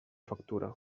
factura